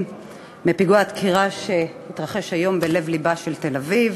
בפיגוע הדקירה שהתרחש היום בלב-לבה של תל-אביב.